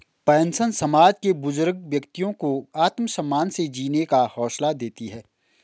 pension समाज के बुजुर्ग व्यक्तियों को आत्मसम्मान से जीने का हौसला देती है